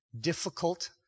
difficult